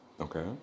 Okay